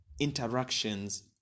interactions